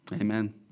Amen